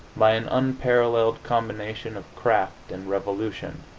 by an unparalleled combination of craft and resolution.